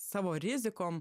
savo rizikom